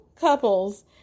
couples